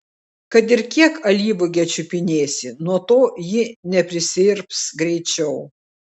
kad ir kiek alyvuogę čiupinėsi nuo to ji neprisirps greičiau